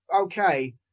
okay